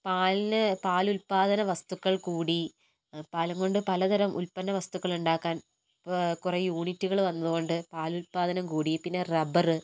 പാലിന് പാലുൽപ്പാദന വസ്തുക്കൾ കൂടി പാലുംകൊണ്ട് പലതരം ഉൽപ്പന്ന വസ്തുക്കൾ ഉണ്ടാക്കാൻ കുറെ യൂണിറ്റുകൾ വന്നതുകൊണ്ട് പാലുൽപ്പാദനം കൂടി പിന്നെ റബ്ബർ